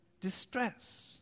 distress